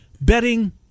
betting